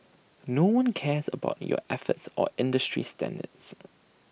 no one cares about your efforts or industry standards